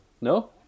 No